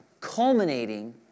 culminating